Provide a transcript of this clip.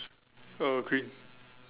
uh green